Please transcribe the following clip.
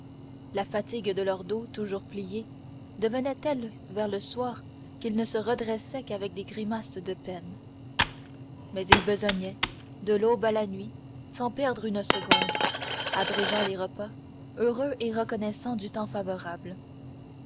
la fatigue de leurs dos toujours pliés devenait telle vers le soir qu'ils ne se redressaient qu'avec des grimaces de peine mais ils besognaient de l'aube à la nuit sans perdre une seconde abrégeant les repas heureux et reconnaissants du temps favorable